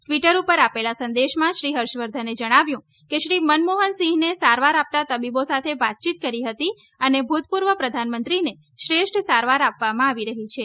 Twitter ઉપર આપેલા સંદેશમાં શ્રી હર્ષવર્ધને જણાવ્યું હતું કે શ્રી મનમોહનસિંહને સારવાર આપતા તબીબો સાથે વાતયીત કરી હતી અને ભૂતપૂર્વ પ્રધાનમંત્રીને શ્રેષ્ઠ સારવાર આપવામાં આવી રહી છે